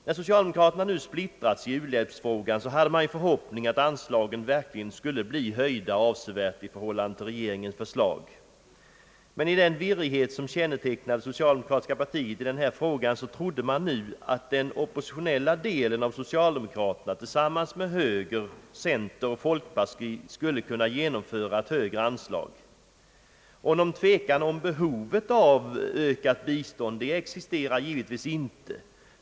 När socialdemokraterna nu splittrats i u-hjälpsfrågan hade man förhoppning att anslagen verkligen skulle bli höjda avsevärt i förhållande till regeringens förslag. I den virrighet som kännetecknat socialdemokratiska partiet trodde man nu att den oppositionella delen av socialdemokraterna tillsammans med högern, centern och folkpartiet skulle kunna genomföra högre anslag. Någon tvekan om behovet av ökat bistånd existerar givetvis inte.